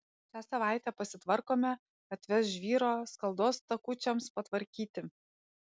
šią savaitę pasitvarkome atveš žvyro skaldos takučiams patvarkyti